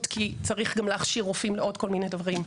כי צריך גם להכשיר רופאים לעוד כל מיני דברים.